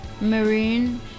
maroon